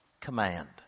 command